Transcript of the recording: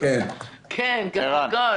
כן, קח הכול.